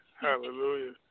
hallelujah